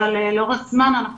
אבל לאורך זמן אנחנו